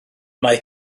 mae